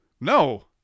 no